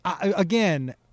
Again